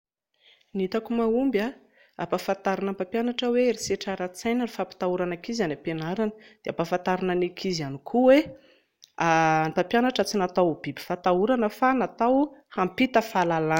Ny hitako mahomby ampahafantarina ny mpampianatra hoe herisetra ara-tsaina ny fampitahorana ankizy any am-pianarana dia ampahafantarina ny ankizy ihany koa hoe ny mpampianatra tsy natao ho biby fahatahorana fa natao hampita fahalalana